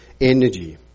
energy